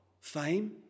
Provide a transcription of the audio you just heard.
fame